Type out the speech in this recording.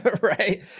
Right